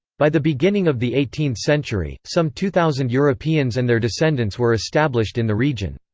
by the beginning of the eighteenth century, some two thousand europeans and their descendants were established in the region.